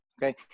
Okay